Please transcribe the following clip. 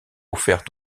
offertes